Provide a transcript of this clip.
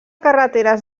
carreteres